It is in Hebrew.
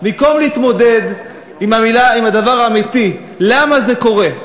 במקום להתמודד עם הדבר האמיתי, למה זה קורה.